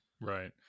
Right